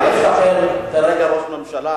יש לכם כרגע ראש ממשלה